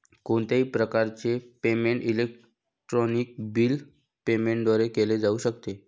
कोणत्याही प्रकारचे payment electronic bill payment द्वारे केले जाऊ शकते